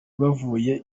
bavuye